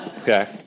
Okay